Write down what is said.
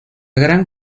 gran